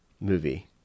movie